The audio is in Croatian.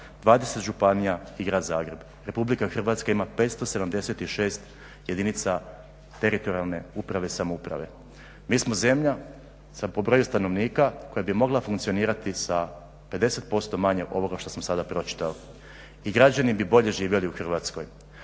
20 županija i grad Zagreb, RH ima 576 jedinica teritorijalne uprave, samouprave. Mi smo zemlja sa po broju stanovnika koja bi mogla funkcionirati sa 50% manje ovoga što sam sada pročitao i građani bi bolje živjeli u Hrvatskoj.